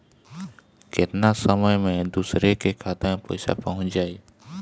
केतना समय मं दूसरे के खाता मे पईसा पहुंच जाई?